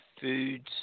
foods